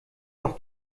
doch